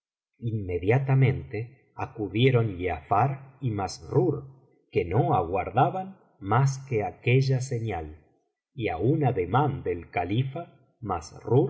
inmediatamente acudieron giafar y massrur que no aguardaban mas que aquella señal y á un ademán del califa